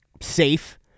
safe